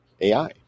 AI